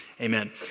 Amen